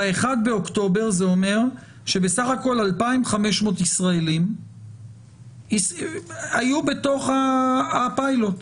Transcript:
ב-1 באוקטובר זה אומר שבסך הכול 2,500 ישראלים היו בתוך הפיילוט,